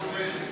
מדינה כובשת.